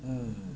mm